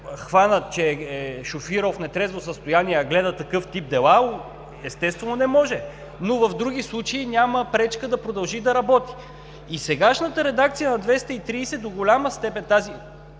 хванат, че е шофирал в нетрезво състояние, а гледа такъв тип дела, естествено – не може, но в други случаи няма пречка да продължи да работи. И сегашната редакция на чл. 230 до голяма степен – тази,